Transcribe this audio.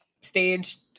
staged